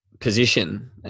position